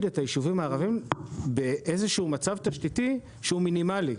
את היישובים הערביים באיזה שהוא מצב תשתיתי שהוא מינימלי.